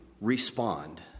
respond